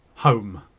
home.